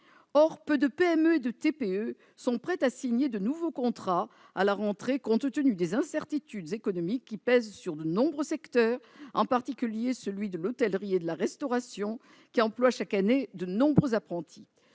Or peu de PME et de TPE sont prêtes à signer de nouveaux contrats à la rentrée, compte tenu des incertitudes économiques qui pèsent sur de nombreux secteurs, en particulier celui de l'hôtellerie et de la restauration, qui emploie, chaque année, de nombreux apprentis.